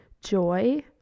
joy